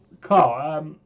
Carl